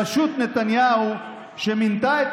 אני לא הייתי חבר הממשלה בראשות נתניהו שמינתה את